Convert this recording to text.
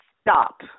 stop